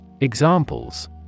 Examples